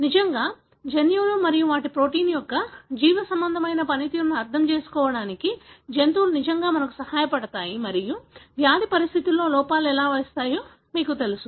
నిజంగా జన్యువులు మరియు వాటి ప్రోటీన్ యొక్క జీవసంబంధమైన పనితీరును అర్థం చేసుకోవడానికి జంతువులు నిజంగా మాకు సహాయపడతాయని మరియు వ్యాధి పరిస్థితిలో లోపాలు ఎలా వస్తాయో మీకు తెలుసు